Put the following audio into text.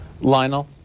Lionel